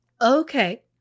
okay